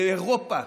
באירופה,